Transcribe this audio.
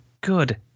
good